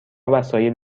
وسایل